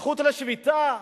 הזכות לשביתה.